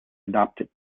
adopted